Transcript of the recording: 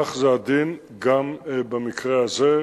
וזה הדין גם במקרה הזה.